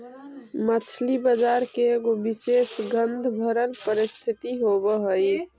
मछली बजार के एगो विशेष गंधभरल परिस्थिति होब हई